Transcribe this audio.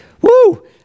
Woo